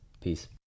Peace